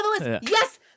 yes